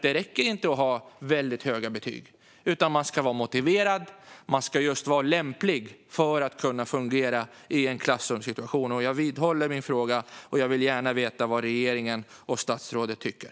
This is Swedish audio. Det räcker inte att ha väldigt höga betyg, utan man ska vara motiverad och lämplig för att kunna fungera i en klassrumssituation. Jag vidhåller min fråga och vill gärna veta vad regeringen och statsrådet tycker.